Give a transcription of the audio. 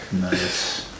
Nice